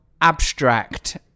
abstract